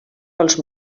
pels